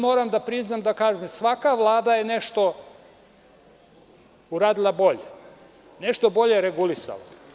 Moram da priznam da kažem da je svaka Vlada nešto uradila bolje, nešto bolje regulisala.